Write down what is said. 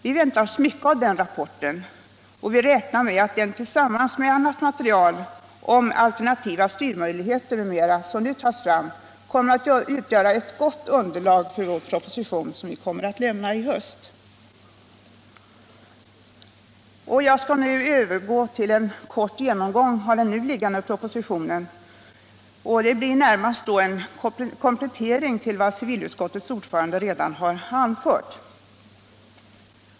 Vi väntar oss mycket av den rapporten och räknar med att den tillsammans med annat material om alternativa styrmöjligheter m.m. som nu tas fram skall komma att utgöra ett gott underlag för vår proposition, som vi kommer att avlämna till hösten. Jag skall nu övergå till en kort genomgång av den nu liggande propositionen — det blir närmast en komplettering till vad utskottets ordförande redan har anfört.